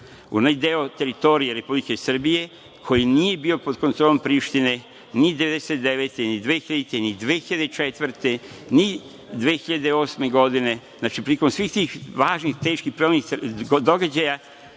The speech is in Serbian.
Onaj deo teritorije Republike Srbije koji nije bio pod kontrolom Prištine ni 1999, ni 2000, ni 2004, ni 2008. godine. Znači, prilikom svih tih važnih i teških događaja